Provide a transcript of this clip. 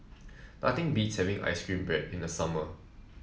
nothing beats having ice cream bread in the summer